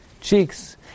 Cheeks